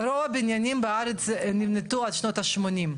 רוב הבניינים בארץ נבנו עד שנות השמונים.